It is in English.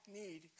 need